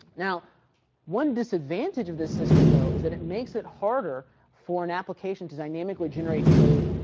now one disadvantage of this system though, is that it makes it harder for an application to dynamically generate code,